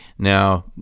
Now